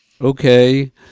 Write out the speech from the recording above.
okay